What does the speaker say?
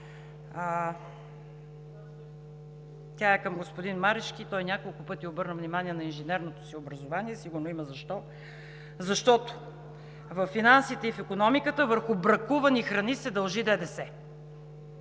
тя е към господин Марешки. Той няколко пъти обърна внимание на инженерното си образование, сигурно има защо, защото във финансите и в икономиката върху бракувани храни се дължи ДДС.